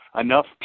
enough